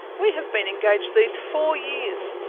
we have been engaged these four years.